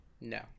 No